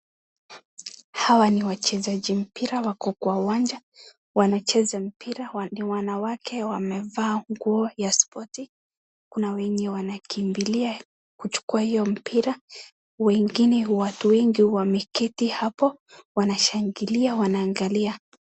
Hawa ni wachezaji mpira wako kwa uwanja, wanacheza mpira, ni wanawake, wamevaa nguo ya spoti. Kuna wenye wanakimbilia kuchukua hio mpira, wengine watu wengi wameketi hapo wanashangilia, wanaangalia.